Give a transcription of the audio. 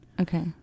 Okay